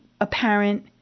apparent